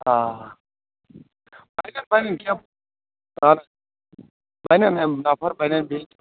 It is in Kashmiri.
آ بَنن بَنن کینہہ اہن حظ بَنن یِم نَفَر بَنن بیٚیہِ